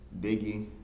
Biggie